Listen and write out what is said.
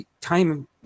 time